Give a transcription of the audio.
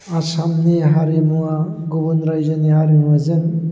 आसामनि हारिमुवा गुबुन रायजोनि हारिमुजों